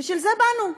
בשביל זה באנו.